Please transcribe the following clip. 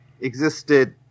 existed